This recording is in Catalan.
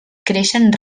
creixen